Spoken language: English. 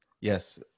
Yes